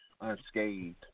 unscathed